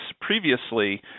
previously